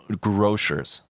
grocers